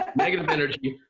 negative energy.